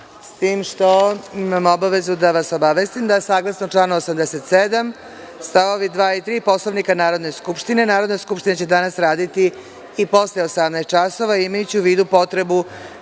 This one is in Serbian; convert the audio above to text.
časova. Imam obavezu da vas obavestim da saglasno članu 87. st. 2. i 3. Poslovnika Narodne skupštine, Narodna skupština će danas raditi i posle 18,00 časova, imajući u vidu potrebu